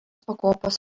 pakopos